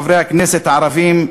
חברי הכנסת הערבים,